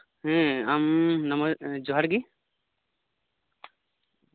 ᱦᱩᱸ ᱟᱢ ᱡᱚᱦᱟᱨ ᱜᱤ